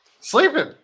Sleeping